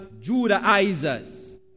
Judaizers